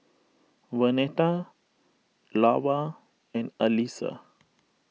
Vernetta Lavar and Allyssa